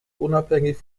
unabhängig